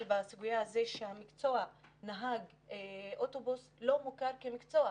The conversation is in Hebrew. בסוגיה הזאת שמקצוע נהג אוטובוס לא מוכר כמקצוע,